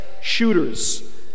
shooters